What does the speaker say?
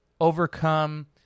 overcome